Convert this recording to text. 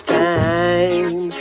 time